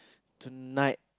tonight